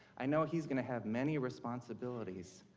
i know he is going to have many responsibilities.